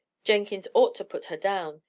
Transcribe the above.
jenkins ought to put her down.